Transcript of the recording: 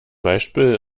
beispiel